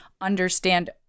understand